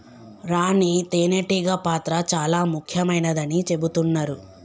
రాణి తేనే టీగ పాత్ర చాల ముఖ్యమైనదని చెబుతున్నరు